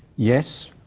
yes,